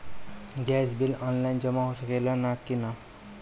Gas bill online जमा हो सकेला का नाहीं?